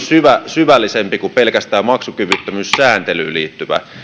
syvällisempi kuin pelkästään maksukyvyttömyyssääntelyyn liittyvä